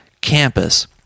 campus